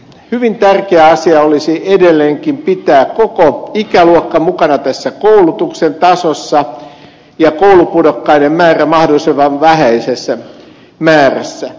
hyvin tärkeä asia olisi edelleenkin pitää koko ikäluokka mukana tässä koulutuksen tasossa ja koulupudokkaiden määrä mahdollisimman vähäisenä